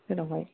जेरावहाय